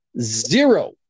zero